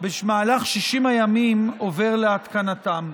במהלך 60 הימים עובר להתקנתם.